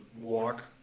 walk